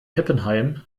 heppenheim